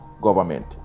government